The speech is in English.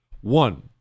One